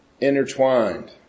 intertwined